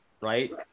Right